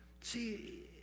See